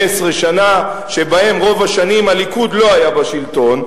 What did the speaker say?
שנה שבהן רוב השנים הליכוד לא היה בשלטון.